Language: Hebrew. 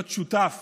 להיות שותף